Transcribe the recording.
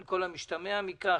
על כל המשתמע מכך,